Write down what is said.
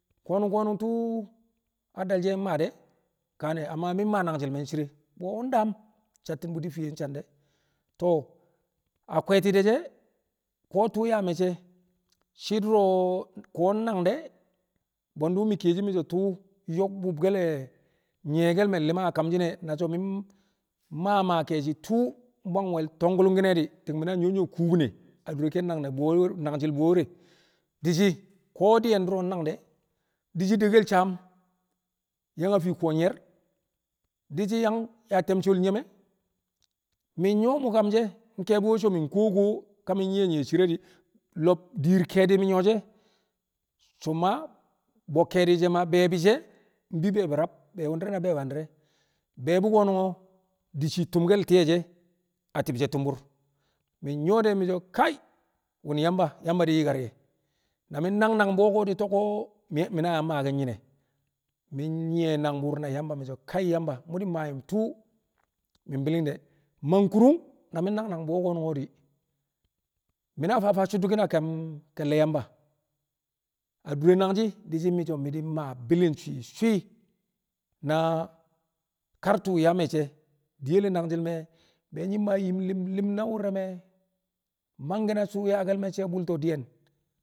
Ko̱nu̱n ko̱nu̱n tu̱u̱ adal she̱ mmaade̱ kane amma mi̱ maa nangji̱l me̱ ncire bwu̱ƴo̱ ndaam sabu̱ti̱ fiye sande̱, to̱o a kwe̱e̱ti̱ de̱ she̱ ko̱ tu̱u̱ yaa me̱cce̱ shi̱ du̱ro̱ ko̱ nnang de̱ bwe̱ndu̱ mi̱ kiyeshi̱ mi̱ so̱ tu̱u̱ nyo̱k bu̱bke̱l le̱ nyi̱ye̱ke̱l le̱ me̱ li̱ma a kamshi̱n e̱ na so̱ mi̱ ma ma ke̱e̱shi̱ tu̱u̱ bwang wol to̱ngku̱lu̱nki̱n e̱ di̱ ti̱ng mi̱na nyu̱wo̱ nƴu̱wo̱ kubine dure ke̱n naki̱n nangji̱l bwu̱ƴe̱n wo̱re̱ di̱ shi̱ ko̱ du̱ro̱ diyen nnangde̱ di̱ shi̱ dekkel saam yang a fii kuwo nyiyer di̱ shi̱ yang yaa te̱m shol nyeme mi̱ nyu̱wo̱ mukam she̱ nke̱e̱bi̱ we̱ so̱ mi̱ kuwo kuwo ka mi̱ nye̱ nye̱ ncire di̱ lo̱b dir ke̱e̱di̱ mi̱ nyu̱wo̱ she̱ e̱ so̱ mmaa bo̱ ke̱e̱di̱ she̱ ma, be̱e̱bi̱ she̱ mbi be̱e̱bi̱ rab bee wu̱ndi̱re̱ na bee bandi̱re̱ be̱e̱bi̱ ko̱nu̱n di̱ shii tu̱mke̱l tịye̱ shiye e a ti̱bshe̱ tu̱mbu̱r mi̱ nyu̱wo̱ de̱ mi̱ so̱ kai wo̱m Yamba Yamba di̱ yi̱kar ye̱ na mi̱ nang nang bwuyen ko̱ di̱ tu̱ko̱ mi̱ mi̱ na yang maaki̱n nyine mi̱ nye̱ nangbu̱u̱r na Yamba mi̱ so̱ kai Yamba mu̱ di̱ ma yu̱m tu̱u̱ mi̱ bi̱li̱ng de̱ man ku̱ru̱ng na min nang nang bwuyen ko̱nu̱n di̱ mi̱na fa fa chuddukin a kam ke̱lle̱ Yamba a dure nangji̱ di̱ shi̱ mi̱ so̱ mi̱ di̱ maa bi̱li̱ng swi̱swi̱ na kar tu̱u̱ nyaa me̱cce̱ diye le̱ nangji̱l me̱ nyi̱ maa yim li̱m li̱m e̱ na wu̱r re̱ me̱ mangke̱ na tu̱u̱ yaake̱l me̱cce̱ bu̱lta diyen.